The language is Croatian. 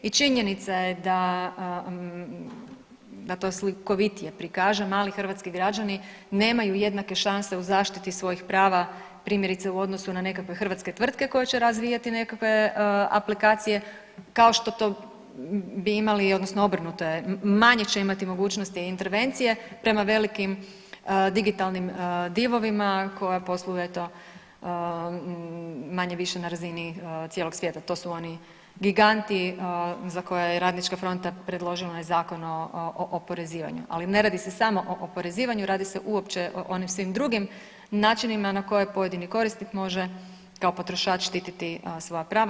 I činjenica je da, da to slikovitije prikažem, ali hrvatski građani nemaju jednake šanse u zaštiti svojim prava primjerice u odnosu na nekakve hrvatske tvrtke koje će razvijati nekakve aplikacije kao što to bi imali odnosno obrnuto je, manje će imati mogućnosti intervencije prema velikim digitalnim divovima koja posluje eto manje-više na razini cijelog svijeta, to su oni giganti za koje je Radnička fronta predložila onaj Zakon o oporezivanju, ali ne radi se samo o oporezivanju radi se uopće o onim svim drugim načinima na koje pojedini korisnik može kao potrošač štititi svoja prava.